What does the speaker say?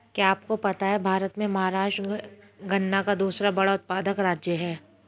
क्या आपको पता है भारत में महाराष्ट्र गन्ना का दूसरा बड़ा उत्पादक राज्य है?